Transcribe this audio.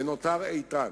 ונותר איתן: